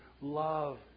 love